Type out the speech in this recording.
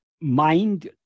mind